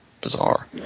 bizarre